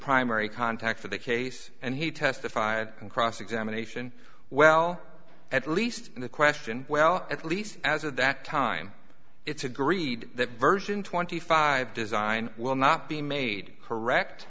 primary contact for the case and he testified in cross examination well at least in the question well at least as of that time it's agreed that version twenty five design will not be made correct